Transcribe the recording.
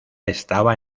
estaba